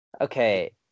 Okay